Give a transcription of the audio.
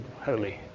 holy